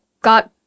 got